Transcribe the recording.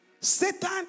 Satan